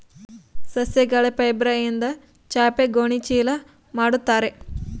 ಸಸ್ಯಗಳ ಫೈಬರ್ಯಿಂದ ಚಾಪೆ ಗೋಣಿ ಚೀಲ ಮಾಡುತ್ತಾರೆ